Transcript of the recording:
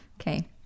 Okay